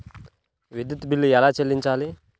విద్యుత్ బిల్ ఎలా చెల్లించాలి?